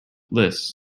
list